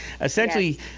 essentially